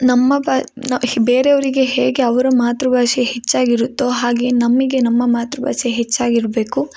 ನಮ್ಮ ಬಾ ನಾವು ಬೇರೆಯವರಿಗೆ ಹೇಗೆ ಅವರ ಮಾತೃ ಭಾಷೆ ಹೆಚ್ಚಾಗಿರುತ್ತೋ ಹಾಗೆ ನಮಗೆ ನಮ್ಮ ಮಾತೃ ಭಾಷೆ ಹೆಚ್ಚಾಗಿರಬೇಕು